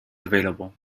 available